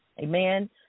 Amen